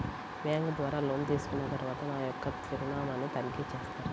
Bank ద్వారా loan తీసుకున్న తరువాత నా యొక్క చిరునామాని తనిఖీ చేస్తారా?